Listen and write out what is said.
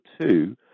two